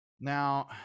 Now